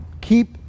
keep